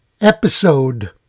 episode